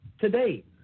today